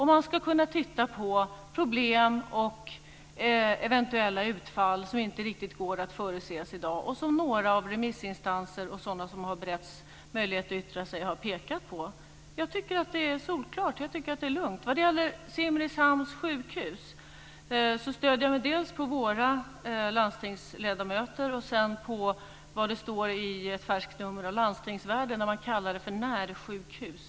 Man ska kunna titta på problem och eventuella utfall som inte riktigt går att förutse i dag och som några remissinstanser och sådana som har beretts möjlighet att yttra sig har pekat på. Jag tycker att det är solklart. Jag tycker att det är lugnt. Vad gäller Simrishamns sjukhus stöder jag mig dels på våra landstingsledamöter, dels på vad som står i ett färskt nummer av Landstingsvärlden, där man kallar det för närsjukhus.